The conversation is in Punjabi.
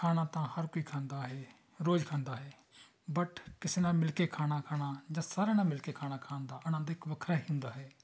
ਖਾਣਾ ਤਾਂ ਹਰ ਕੋਈ ਖਾਂਦਾ ਹੈ ਰੋਜ਼ ਖਾਂਦਾ ਹੈ ਬਟ ਕਿਸੇ ਨਾਲ ਮਿਲ ਕੇ ਖਾਣਾ ਖਾਣਾ ਜਾਂ ਸਾਰਿਆਂ ਨਾਲ ਮਿਲ ਕੇ ਖਾਣਾ ਖਾਣ ਦਾ ਆਨੰਦ ਇੱਕ ਵੱਖਰਾ ਹੀ ਹੁੰਦਾ ਹੈ